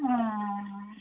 अँ